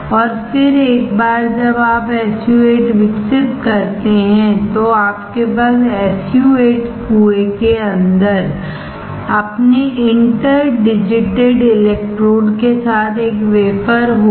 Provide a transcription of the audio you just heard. और फिर एक बार जब आप SU 8 विकसित करते हैं तो आपके पास SU 8 कुएं के अंदर अपने इंटर डिजिटेड इलेक्ट्रोड के साथ एक वेफरहोगा